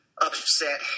upset